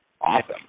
Awesome